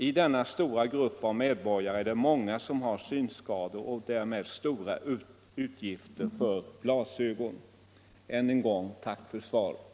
I denna stora grupp av medborgare är det många som har synskador och därmed stora utgifter för glasögon. Än en gång tack för svaret!